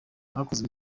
bukoze